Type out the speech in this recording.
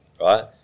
right